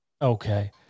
Okay